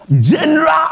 General